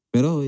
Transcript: Pero